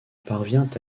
parvient